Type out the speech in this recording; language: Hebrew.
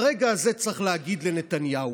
ברגע הזה צריך להגיד לנתניהו: